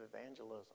evangelism